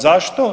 Zašto?